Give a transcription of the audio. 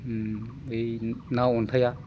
बै ना अन्थाइआ